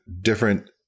different